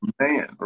Man